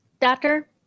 Doctor